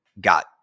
got